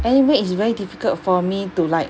anyway it's very difficult for me to like